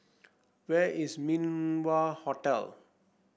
where is Min Wah Hotel